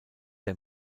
der